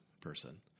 person